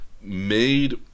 made